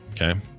okay